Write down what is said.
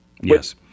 Yes